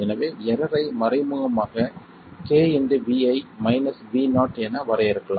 எனவே எரர் ஐ மறைமுகமாக kVi Vo என வரையறுக்கலாம்